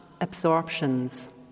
absorptions